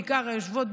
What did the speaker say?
בעיקר היושבות,